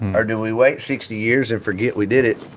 or do we wait sixty years and forget we did it,